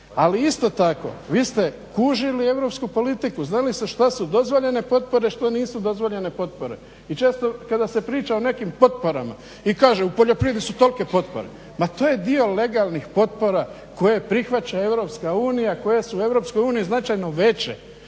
ali isto tako vi ste kužili europsku politiku, znali ste što su dozvoljene potpore, što nisu dozvoljene potpore. I često kada se priča o nekim potporama i kaže u poljoprivredi su tolike potpore, ma to je dio legalnih potpora koje prihvaća Europska unija, koje su u Europskoj uniji značajno veće.